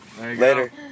Later